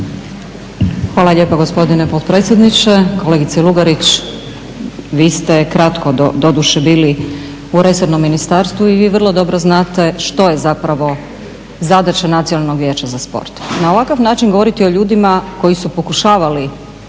Hvala lijepa gospodine potpredsjedniče. Kolegice Lugarić, vi ste kratko doduše bili u resornom ministarstvu i vi vrlo dobro znate što je zapravo zadaća Nacionalnog vijeća za sport. Na ovakav način govoriti o ljudima koji su pokušavali